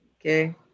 Okay